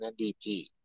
NDP